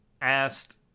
asked